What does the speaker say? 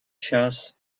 час